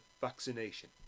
vaccination